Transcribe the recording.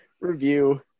review